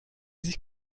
sich